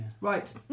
Right